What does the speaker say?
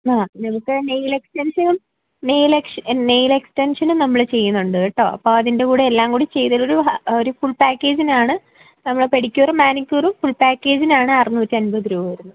ആ എന്നുവച്ചാൽ നെയിൽ എക്സ്ടെൻഷനും നെയിൽ എക്സ്ടെൻ നെയിൽ എക്സ്ടെൻഷനും നമ്മള് ചെയ്യുന്നുണ്ട് കേട്ടോ അപ്പോൾ അതിൻ്റെ കൂടെ എല്ലാം കൂടെ ചെയ്ത് ഒരു ഹാ ഒരു ഫുൾ പാക്കേജിനാണ് നമ്മളുടെ പെഡിക്യൂറും മാനിക്യൂറും ഫുൾ പാക്കേജിനാണ് അറുന്നൂറ്റി അമ്പത് രൂപ വരുന്നത്